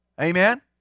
Amen